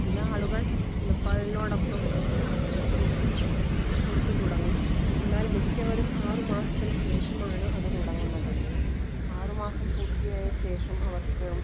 ചില ആളുകൾ മുലപ്പാലിനോടൊപ്പം കുറുക്കും കൊടുത്ത് തുടങ്ങും എന്നാൽ മിക്കവരും ആറുമാസത്തിന് ശേഷമാണ് അത് തുടങ്ങുന്നത് ആറുമാസം പൂർത്തയായ ശേഷം അവർക്ക്